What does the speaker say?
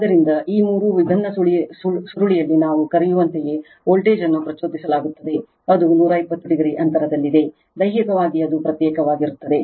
ಆದ್ದರಿಂದ ಈ ಮೂರು ವಿಭಿನ್ನ ಸುರುಳಿಯಲ್ಲಿ ನಾವು ಕರೆಯುವಂತೆಯೇ ವೋಲ್ಟೇಜ್ ಅನ್ನು ಪ್ರಚೋದಿಸಲಾಗುತ್ತದೆ ಅದು 120 o ಅಂತರದಲ್ಲಿದೆ ದೈಹಿಕವಾಗಿ ಅದು ಪ್ರತ್ಯೇಕವಾಗಿರುತ್ತದೆ